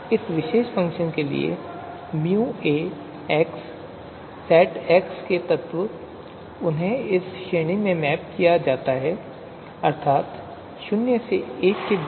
इस विशेष फ़ंक्शन के लिए µA सेट X के तत्व उन्हें इस श्रेणी में मैप किया जाता है अर्थात 0 से 1